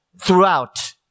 throughout